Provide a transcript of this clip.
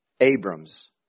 Abram's